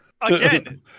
Again